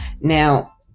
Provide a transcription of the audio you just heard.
Now